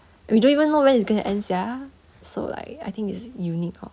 we don't even know when it's gonna end sia so like I think it's unique orh